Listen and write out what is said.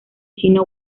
chino